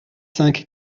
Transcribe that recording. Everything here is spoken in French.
cinq